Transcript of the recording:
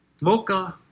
Mocha